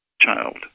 child